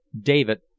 David